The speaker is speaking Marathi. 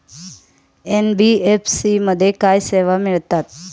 एन.बी.एफ.सी मध्ये काय सेवा मिळतात?